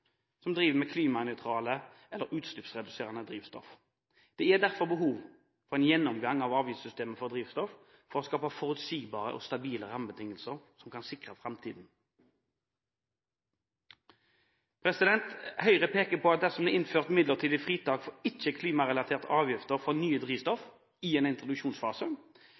som driver med klimanøytrale eller utslippsreduserende drivstoff. Det er derfor behov for en gjennomgang av avgiftssystemet for drivstoff for å skape forutsigbare og stabile rammebetingelser som kan sikre framtiden. Høyre peker på at dersom vi innfører midlertidig fritak for ikke klimarelaterte avgifter for nye drivstoff i en introduksjonsfase,